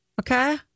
Okay